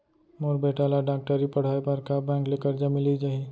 मोर बेटा ल डॉक्टरी पढ़ाये बर का बैंक ले करजा मिलिस जाही?